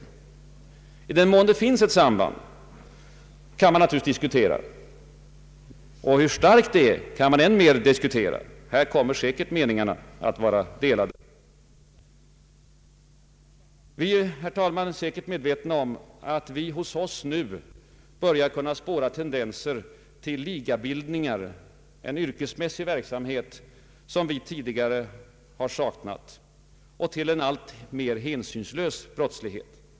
Man kan naturligtvis diskutera om det finns ett samband härvidlag och i ännu högre grad kan man diskutera hur starkt detta samband är. Här är säkert meningarna delade. Herr talman! Vi är medvetna om att vi hos oss nu börjar kunna spåra tendenser till ligabildningar, en yrkesmässig brottsverksamhet som vi tidigare saknat, och till en alltmer hänsynslös brottslighet.